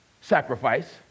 sacrifice